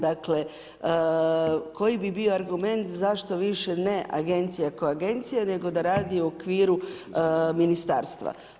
Dakle, koji bi bio argument zašto više ne agencija ko agencija, nego da radi u okviru ministarstva.